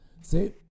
see